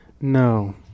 No